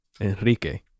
Enrique